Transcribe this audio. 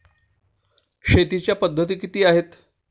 शेतीच्या पद्धती किती आहेत?